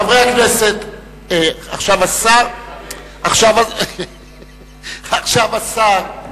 חברי הכנסת, עכשיו השר ישיב בלי שיפריעו לו.